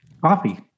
coffee